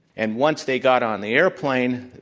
and once they got on the airplane,